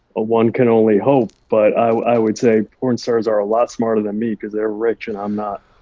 ah one can only hope. but i would say porn stars are a lot smarter than me cause they're rich and i'm not.